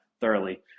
thoroughly